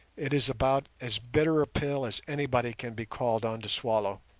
it is about as bitter a pill as anybody can be called on to swallow.